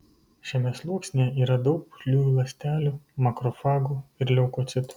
šiame sluoksnyje yra daug putliųjų ląstelių makrofagų ir leukocitų